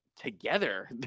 together